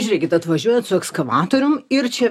žiūrėkit atvažiuojat su ekskavatorium ir čia